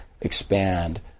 expand